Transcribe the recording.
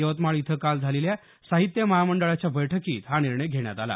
यवतमाळ इथं काल झालेल्या साहित्य महामंडळाच्या बैठकीत हा निर्णय घेण्यात आला